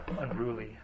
unruly